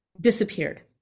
disappeared